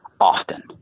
often